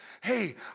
Hey